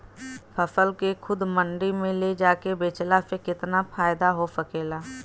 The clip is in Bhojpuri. फसल के खुद मंडी में ले जाके बेचला से कितना फायदा हो सकेला?